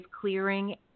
clearing